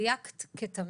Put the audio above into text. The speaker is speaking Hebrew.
דייקת כתמיד.